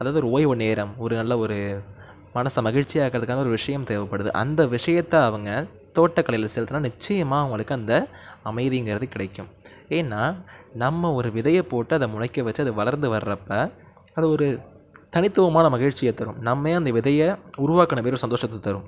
அதாவது ஒரு ஓய்வு நேரம் ஒரு நல்ல ஒரு மனது மகிழ்ச்சியாக்கிறதுக்காக ஒரு விஷயம் தேவைப்படுது அந்த விஷயத்தை அவங்க தோட்டக்கலையில் செலுத்துனால் நிச்சயமாக அவங்களுக்கு அந்த அமைதிங்கிறது கிடைக்கும் ஏன்னா நம்ம ஒரு விதையை போட்டு அதை முளைக்க வச்சு அது வளர்ந்த வருகிறப்ப அது ஒரு தனித்துவமான மகிழ்ச்சியை தரும் நம்ம ஏன் அந்த விதையை உருவாக்கின வெறும் சந்தோசத்தை தரும்